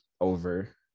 over